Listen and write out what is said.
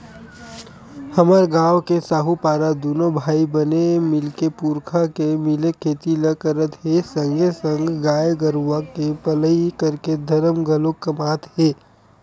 हमर गांव के साहूपारा दूनो भाई बने मिलके पुरखा के मिले खेती ल करत हे संगे संग गाय गरुवा के पलई करके धरम घलोक कमात हे